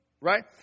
Right